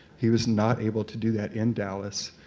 he was not able to do that in dallas.